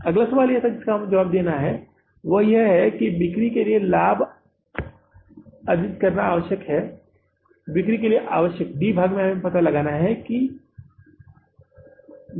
अगला सवाल जिसका हमें यहाँ जवाब देना है वह यह है कि बिक्री के लिए लाभ अर्जित करना आवश्यक है बिक्री के लिए आवश्यक d भाग हमें यह पता लगाना है कि रुपये की लाभ कमाने के लिए कितनी बिक्री आवश्यक है